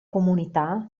comunità